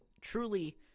truly